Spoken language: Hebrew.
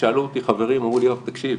אמרו לי חברים: יואב, תקשיב,